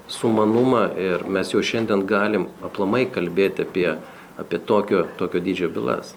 sumanumą ir mes jau šiandien galim aplamai kalbėt apie apie tokio tokio dydžio bylas